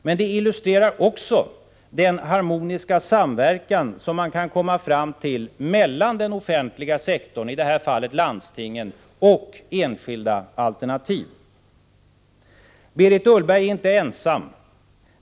Men det illustrerar också den harmoniska samverkan som man kan komma fram till mellan den offentliga sektorn — i det här fallet landstingen — och enskilda alternativ. Berit Ullberg är inte ensam.